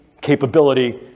capability